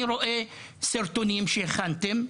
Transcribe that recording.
אני רואה סרטונים שהכנתם.